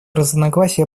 разногласия